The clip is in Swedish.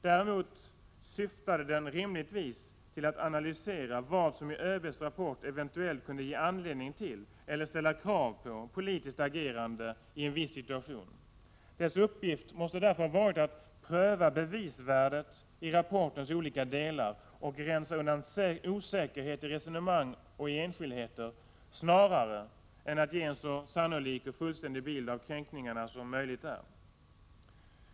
Däremot syftade den rimligtvis till att analysera vad som i ÖB:s rapport eventuellt kunde ge anledning till eller ställa krav på politiskt agerande i en viss situation. Dess uppgift måste därför ha varit att pröva bevisvärdet i rapportens olika delar och rensa undan osäkerhet i resonemang och enskildheter snarare än att ge en så sannolik och fullständig bild av kränkningarna som möjligt är.